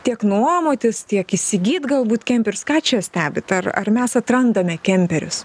tiek nuomotis tiek įsigyt galbūt kemperius ką čia stebit ar ar mes atrandame kemperius